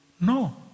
No